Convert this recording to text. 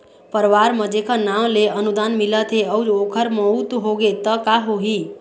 परवार म जेखर नांव ले अनुदान मिलत हे अउ ओखर मउत होगे त का होही?